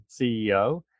CEO